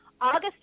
August